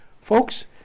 folks